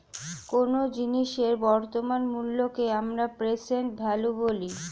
কোনো জিনিসের বর্তমান মূল্যকে আমরা প্রেসেন্ট ভ্যালু বলি